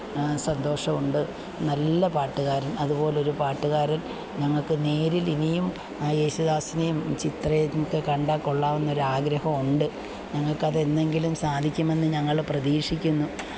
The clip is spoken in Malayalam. സന്തോഷമുണ്ട് നല്ല പാട്ടുകാരന് അതുപോലൊരു പാട്ടുകാരന് ഞങ്ങള്ക്ക് നേരിലിനിയും യേശുദാസിനെയും ചിത്രയെയും ഒക്കെ കണ്ടാല് കൊള്ളാമെന്നൊരാഗ്രഹം ഉണ്ട് ഞങ്ങള്ക്കതെന്നെങ്കിലും സാധിക്കുമെന്ന് ഞങ്ങള് പ്രതീക്ഷിക്കുന്നു